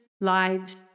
lives